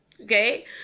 Okay